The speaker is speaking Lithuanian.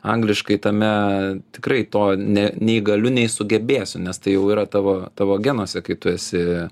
angliškai tame tikrai to nė nei galiu nei sugebėsiu nes tai jau yra tavo tavo genuose kai tu esi